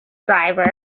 driver